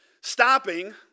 stopping